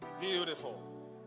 beautiful